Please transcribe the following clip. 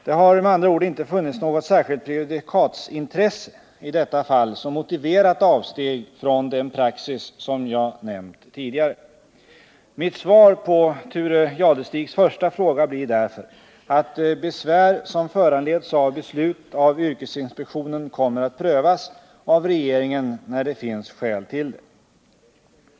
Det har med andra ord inte funnits något särskilt prejudikatsintresse i detta fall som motiverat avsteg från den praxis som jag nämnt tidigare. Mitt svar på Thure Jadestigs första fråga blir därför att besvär som föranleds av beslut av yrkesinspektionen kommer att prövas av regeringen när det finns skäl till det.